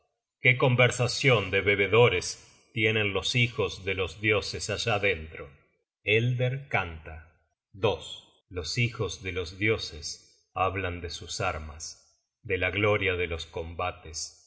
qué conversacion de bebedores tienen los hijos de los dioses allá dentro elder canta los hijos de los dioses hablan de sus armas de la gloria de los combates